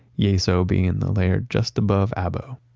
yeso being the layered just about abo.